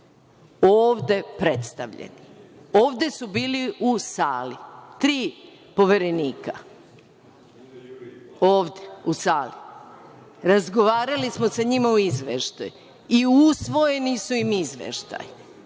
ovde predstavljeni. Ovde su bili u sali tri poverenika, ovde u sali, razgovarali smo sa njima o izveštajima i usvojeni su im izveštaji.